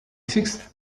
sixth